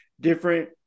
different